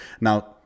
Now